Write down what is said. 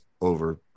over